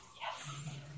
Yes